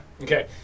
Okay